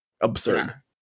absurd